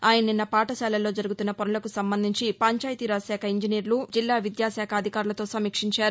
ఆయన నిన్న పాఠశాలల్లో జరుగుతున్న పనులకు సంబంధించి పంచాయతీరాజ్ శాఖ ఇంజనీర్లు జిల్లా విద్యాశాఖ అధికారులతో సమీక్షించారు